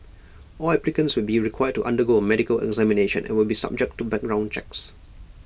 all applicants will be required to undergo A medical examination and will be subject to background checks